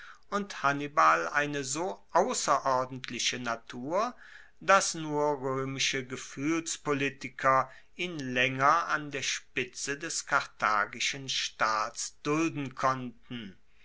und hannibal eine so ausserordentliche natur dass nur roemische gefuehlspolitiker ihn laenger an der spitze des karthagischen staats dulden konnten